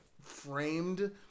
framed